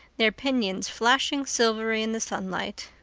their pinions flashing silvery in the sunlight.